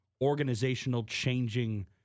organizational-changing